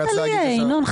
חתמת לי עליה, ינון?